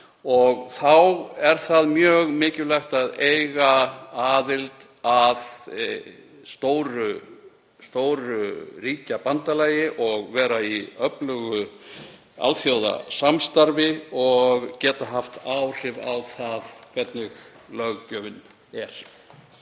Þá er mjög mikilvægt að eiga aðild að stóru ríkjabandalagi, vera í öflugu alþjóðasamstarfi og geta haft áhrif á það hvernig löggjöfin er.